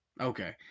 Okay